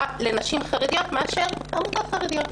יותר לנשים חרדיות מאשר עמותות חרדיות.